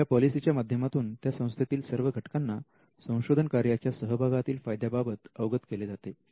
या पॉलिसी च्या माध्यमातून त्या संस्थेतील सर्व घटकांना संशोधन कार्याच्या सहभागातील फायद्याबाबत अवगत केले जाते